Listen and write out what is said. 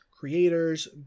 Creators